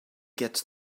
gets